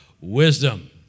wisdom